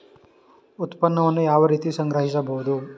ಉತ್ಪನ್ನವನ್ನು ಯಾವ ರೀತಿ ಸಂಗ್ರಹಿಸಬಹುದು?